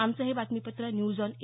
आमचं हे बातमीपत्र न्यूज आॅन ए